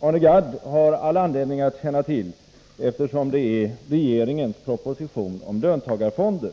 Arne Gadd har all anledning att känna till, eftersom det är regeringens proposition om löntagarfonder.